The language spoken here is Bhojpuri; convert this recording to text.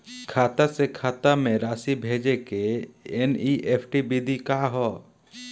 खाता से खाता में राशि भेजे के एन.ई.एफ.टी विधि का ह?